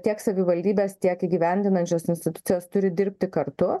tiek savivaldybės tiek įgyvendinančios institucijos turi dirbti kartu